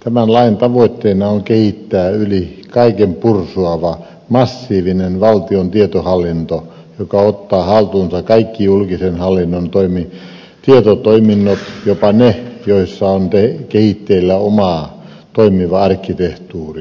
tämän lain tavoitteena on kehittää yli kaiken pursuava massiivinen valtion tietohallinto joka ottaa haltuunsa kaikki julkisen hallinnon tietotoiminnot jopa ne joissa on kehitteillä oma toimiva arkkitehtuuri